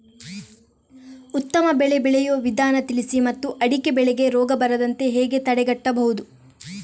ಉತ್ತಮ ಬೆಳೆ ಬೆಳೆಯುವ ವಿಧಾನ ತಿಳಿಸಿ ಮತ್ತು ಅಡಿಕೆ ಬೆಳೆಗೆ ರೋಗ ಬರದಂತೆ ಹೇಗೆ ತಡೆಗಟ್ಟಬಹುದು?